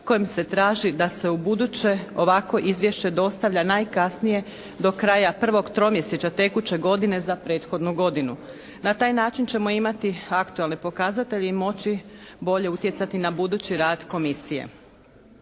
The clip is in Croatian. kojim se traži da se ubuduće ovakvo izvješće dostavlja najkasnije do kraja prvog tromjesečja tekuće godine za prethodnu godinu. Na taj način ćemo imati aktualne pokazatelje i moći bolje utjecati na budući rad komisije.